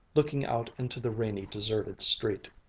looking out into the rainy deserted street.